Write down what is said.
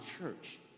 church